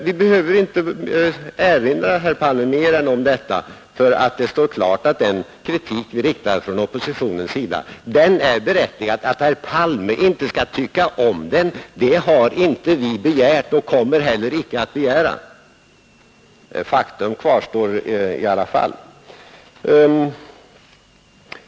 Man behöver inte erinra om mer än detta, herr Palme, för att det skall stå klart att den kritik som från oppositionens sida riktats mot regeringen är berättigad. Att herr Palme skall tycka om den har vi aldrig begärt och kommer heller icke att begära — faktum kvarstår i alla fall.